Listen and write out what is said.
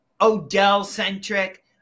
Odell-centric